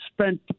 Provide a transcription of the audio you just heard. spent